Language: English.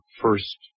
first